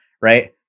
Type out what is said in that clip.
right